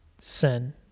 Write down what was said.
sin